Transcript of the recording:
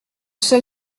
seul